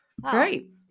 Great